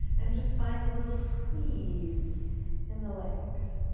and just find the little squeeze in the legs.